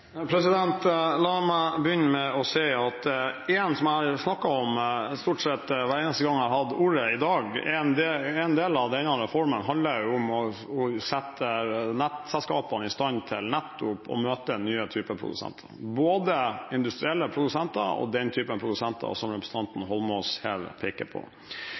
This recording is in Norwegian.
La meg begynne med å si at noe som jeg har snakket om stort sett hver eneste gang jeg har hatt ordet i dag, er at en del av denne reformen handler om å sette nettselskapene i stand til nettopp å møte nye typer produsenter, både industrielle produsenter og den typen produsenter som representanten Eidsvoll Holmås her peker på.